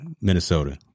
Minnesota